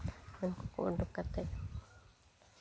ᱩᱱᱠᱩ ᱠᱚ ᱩᱰᱩᱠ ᱠᱟᱛᱮ